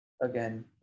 Again